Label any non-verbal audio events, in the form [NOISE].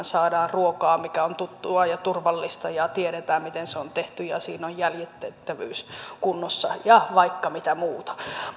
[UNINTELLIGIBLE] saadaan ruokaa joka on tuttua ja turvallista ja tiedetään miten se on tehty ja siinä on jäljitettävyys kunnossa ja vaikka mitä muuta